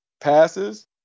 passes